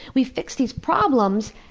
we fix these problems,